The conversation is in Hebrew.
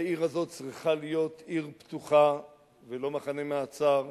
העיר הזאת צריכה להיות עיר פתוחה ולא מחנה מעצר,